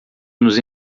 nos